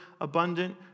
abundant